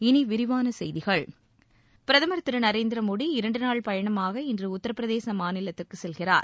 இனி விரிவான செய்திகள் பிரதமர் திரு நரேந்திர மோடி இரண்டு நாள் பயணமாக இன்று உத்தரப்பிரதேச மாநிலத்திற்கு செல்கிறார்